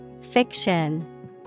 Fiction